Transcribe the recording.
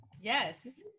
Yes